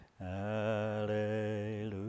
Hallelujah